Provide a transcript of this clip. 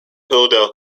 hilda